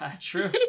True